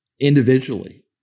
individually